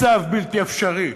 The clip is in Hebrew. מצב בלתי אפשרי.